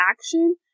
action